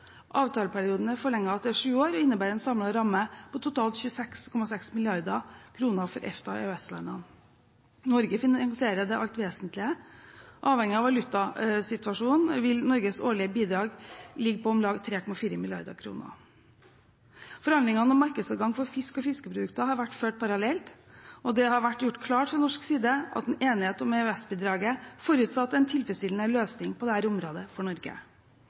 Avtaleperioden er forlenget til sju år og innebærer en samlet ramme på totalt 26,6 mrd. kr for EFTA/EØS-landene. Norge finansierer det alt vesentlige. Avhengig av valutasituasjonen vil Norges årlige bidrag ligge på om lag 3,4 mrd. kr. Forhandlingene om markedsadgang for fisk og fiskeprodukter har vært ført parallelt, og det har vært gjort klart fra norsk side at en enighet om EØS-bidragene forutsatte en tilfredsstillende løsning på dette området for Norge.